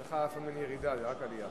אצלך אף פעם אין ירידה, רק עלייה.